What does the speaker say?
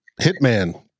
Hitman